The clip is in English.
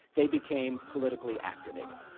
they became politically activated.